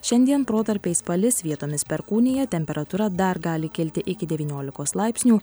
šiandien protarpiais palis vietomis perkūnija temperatūra dar gali kilti iki devyniolikos laipsnių